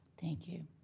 thank you.